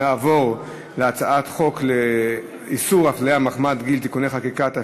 אנחנו נעבור להצעת חוק איסור הפליה מחמת גיל (תיקוני חקיקה),